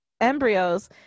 embryos